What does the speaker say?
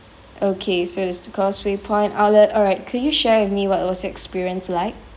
okay so it's the causeway point outlet alright could you share with me what was your experience like